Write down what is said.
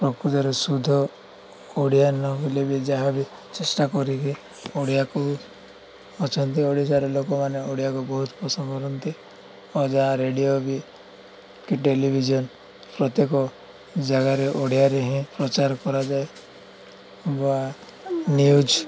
ପ୍ରକୃତରେ ଶୁଦ୍ଧ ଓଡ଼ିଆ ନ ହେଲେ ବି ଯାହା ବି ଚେଷ୍ଟା କରିକି ଓଡ଼ିଆକୁ ଅଛନ୍ତି ଓଡ଼ିଶାରେ ଲୋକମାନେ ଓଡ଼ିଆକୁ ବହୁତ ପସନ୍ଦ କରନ୍ତି ଆଉ ଯାହା ରେଡ଼ିଓ ବି କି ଟେଲିଭିଜନ ପ୍ରତ୍ୟେକ ଜାଗାରେ ଓଡ଼ିଆରେ ହିଁ ପ୍ରଚାର କରାଯାଏ ବା ନ୍ୟୁଜ